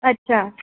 अच्छा